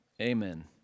amen